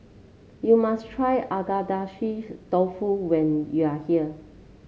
you must try Agedashi Dofu when you are here